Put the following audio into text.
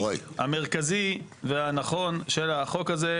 המרכזי והנכון של החוק הזה,